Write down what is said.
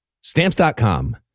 Stamps.com